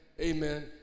amen